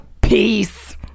peace